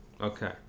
Okay